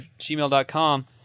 gmail.com